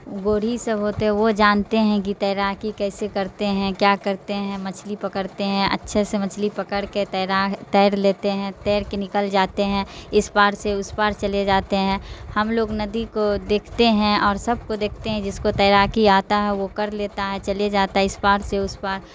گورھی سب ہوتے ہیں وہ جانتے ہیں کہ تیراکی کیسے کرتے ہیں کیا کرتے ہیں مچھلی پکڑتے ہیں اچھے سے مچھلی پکڑ کے تیرا تیر لیتے ہیں تیر کے نکل جاتے ہیں اس پار سے اس پار چلے جاتے ہیں ہم لوگ ندی کو دیکھتے ہیں اور سب کو دیکھتے ہیں جس کو تیراکی آتا ہے وہ کر لیتا ہے چلے جاتا ہے اس پار سے اس پار